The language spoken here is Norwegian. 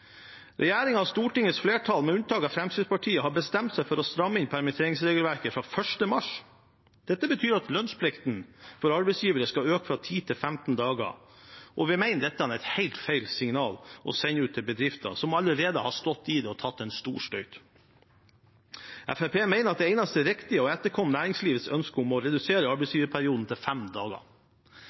og Stortingets flertall med unntak av Fremskrittspartiet har bestemt seg for å stramme inn permitteringsregelverket fra 1. mars. Dette betyr at lønnsplikten for arbeidsgivere skal øke fra 10 til 15 dager. Vi mener at dette er et helt feil signal å sende ut til bedrifter som allerede har stått i det og tatt en stor støyt. Fremskrittspartiet mener at det eneste riktige er å etterkomme næringslivets ønske om å redusere arbeidsgiverperioden til fem dager.